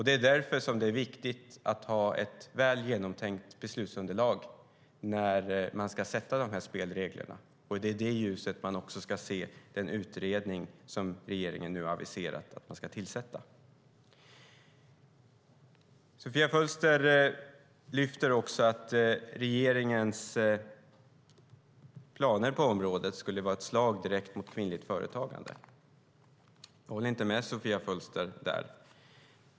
Det är därför som det är viktigt att ha ett väl genomtänkt beslutsunderlag när man ska sätta spelreglerna. Det är i det ljuset man också ska se den utredning som regeringen har aviserat att man ska tillsätta. Sofia Fölster lyfter också upp att regeringens planer på området skulle vara ett slag direkt mot kvinnligt företagande. Jag håller inte med Sofia Fölster.